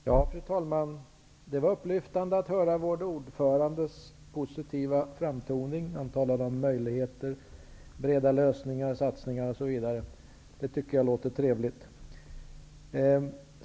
Fru talman! Det var upplyftande att höra vår ordförandes positiva framtoning. Han talade om möjligheter, breda lösningar, satsningar osv. Jag tycker att det låter trevligt.